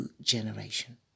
generation